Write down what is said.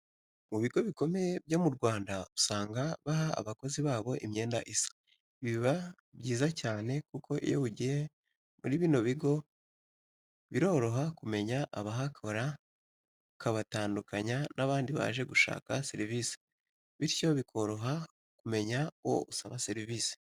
Mu bigo bikomeye byo mu Rwanda usanga baha abakozi babo imyenda isa, ibi biba byiza cyane kuko iyo ugiye muri bino bigo biroroha kumenya abahakora ukabatandukanya n'abandi baje gushaka serivisi, bityo bikoroha kumenya uwo usaba serivisi.